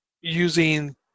using